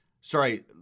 Sorry